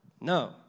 No